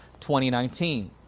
2019